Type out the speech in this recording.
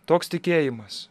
toks tikėjimas